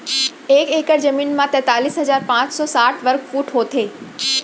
एक एकड़ जमीन मा तैतलीस हजार पाँच सौ साठ वर्ग फुट होथे